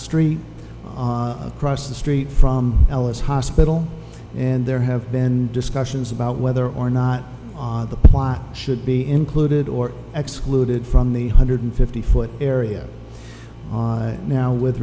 street across the street from ellis hospital and there have been discussions about whether or not the plot should be included or excluded from the hundred fifty foot area now with